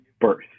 birth